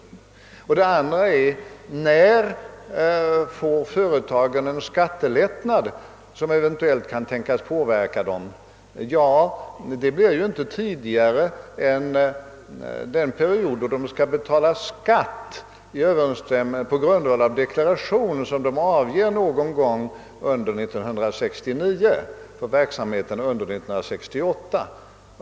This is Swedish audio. Den andra frågan är: När får företagen den skattelättnad som eventuellt kan tänkas indirekt påverka dem genom bättre likviditet? Ja, det blir inte tidigare än under den period då de skall betala skatt på grundval av deklaration som avges någon gång under 1969 för verksamheten under 1968.